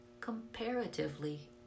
comparatively